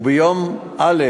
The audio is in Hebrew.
וביום א'